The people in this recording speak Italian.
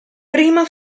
prima